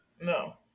No